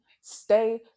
stay